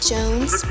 Jones